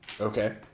Okay